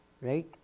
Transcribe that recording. Right